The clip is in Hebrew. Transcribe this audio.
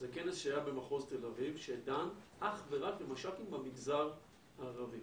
זה כנס שהיה במחוז תל אביב שדן אך ורק במש"קים במגזר הערבי.